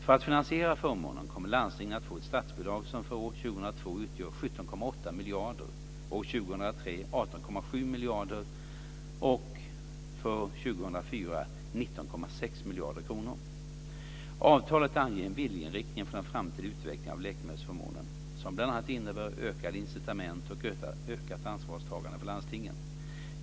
För att finansiera förmånen kommer landstingen att få ett statsbidrag som utgör 17,8 miljarder för år Avtalet anger en viljeinriktning för den framtida utvecklingen av läkemedelsförmånen som bl.a. innebär ökade incitament och ökat ansvarstagande för landstingen.